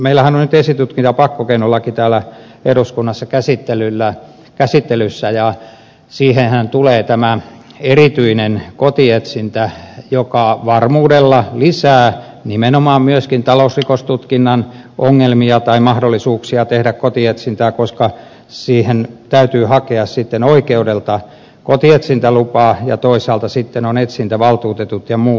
meillähän on nyt esitutkintapakkokeinolaki täällä eduskunnassa käsittelyssä ja siihenhän tulee tämä erityinen kotietsintä joka varmuudella lisää nimenomaan myöskin talousrikostutkinnan ongelmia tai mahdollisuuksia tehdä kotietsintää koska siihen täytyy hakea oikeudelta kotietsintälupaa ja toisaalta sitten on etsintävaltuutetut ja muut